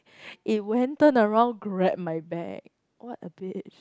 it went turn around grab my bag what a bitch